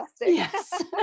yes